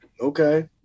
Okay